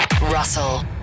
Russell